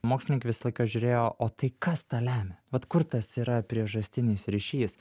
mokslininkai visą laiką žiūrėjo o tai kas tą lemia atkurtas yra priežastinis ryšys